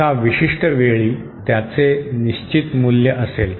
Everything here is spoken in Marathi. एका विशिष्ट वेळी त्याचे निश्चित मूल्य असेल